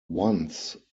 once